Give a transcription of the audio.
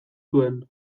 zuen